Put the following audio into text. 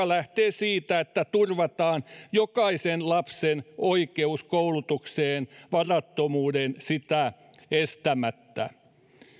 lähtee siitä että turvataan jokaisen lapsen oikeus koulutukseen varattomuuden sitä estämättä